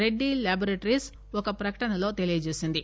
Reddy laboratories ఒక ప్రకటనలో తెలిపింది